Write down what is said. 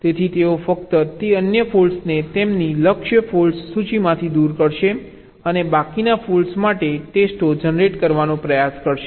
તેથી તેઓ ફક્ત તે અન્ય ફોલ્ટ્સને તેમની લક્ષ્ય ફોલ્ટ્ સૂચિમાંથી દૂર કરશે અને બાકીના ફોલ્ટ્સ માટે ટેસ્ટો જનરેટ કરવાનો પ્રયાસ કરશે